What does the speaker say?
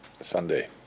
Sunday